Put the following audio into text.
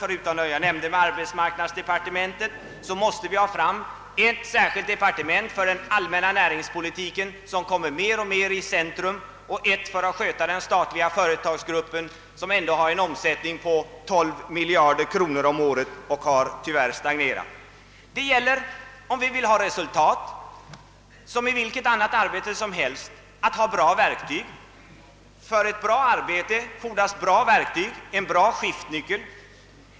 Förutom ett arbetsmarknadsdepartement, som jag nämnde, måste vi få ett särskilt departement för den allmänna näringspolitiken, som mer och mer ställs i centrum, och ett departement för att sköta den statliga företagsgruppen, som har en omsättning på 12 miliarder kronor om året men som tyvärr har stagnerat. Om vi vill nå resultat gäller det som i vilket annat arbete som helst att ha goda verktyg. För ett gott arbete fordras en god skiftnyckel.